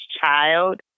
child